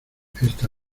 esta